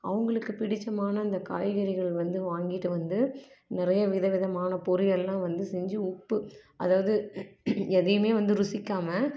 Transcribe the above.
அவங்களுக்கு பிடித்தமான அந்த காய்கறிகள் வந்து வாங்கிகிட்டு வந்து நிறைய விதவிதமான பொரியல் எல்லாம் வந்து செஞ்சு உப்பு அதாவது எதையுமே வந்து ருசிக்காமல்